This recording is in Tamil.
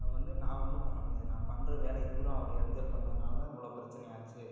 அது வந்து நான் ஒன்னும் பண்ண முடியாது நான் பண்ணுற வேலைக்கு பூராம் அவரு இடஞ்சல் பண்ணதுனால தான் இவ்வளோ பிரச்சனை ஆச்சி